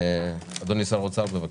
אדוני שר האוצר, בבקשה.